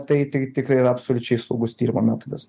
tai tai tikrai yra absoliučiai saugus tyrimo metodas